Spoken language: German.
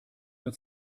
uns